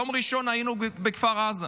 ביום ראשון היינו בכפר עזה,